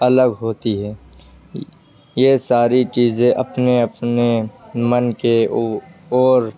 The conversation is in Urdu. الگ ہوتی ہے یہ ساری چیزیں اپنے اپنے من کے اور